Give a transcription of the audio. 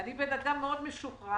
אני בן אדם מאוד משוחרר,